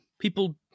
people